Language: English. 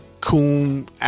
coon